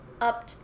up